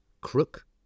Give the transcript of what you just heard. Crook